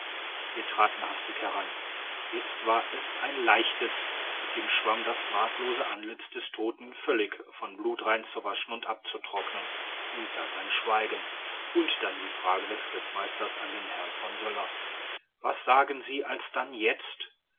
wir traten hastig heran jetzt war es ein leichtes mit dem schwamm das bartlose antlitz des toten völlig von blut reinzuwaschen und abzutrocknen und dann ein schweigen und dann die frage des rittmeisters an den herrn von söller was sagen sie alsdann jetzt